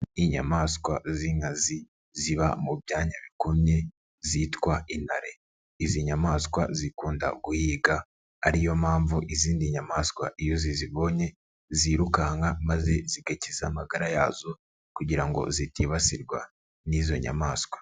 Inyamaswa z'inkazi ziba mu byanya bikomye zitwa intare. Izi nyamaswa zikunda guhiga ari yo mpamvu izindi nyamaswa iyo zizibonye zirukanka maze zigakiza amagara yazo kugira ngo zitibasirwa n'izo nyamaswa.